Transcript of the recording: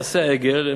מעשה העגל,